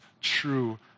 true